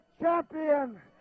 champion